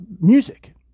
music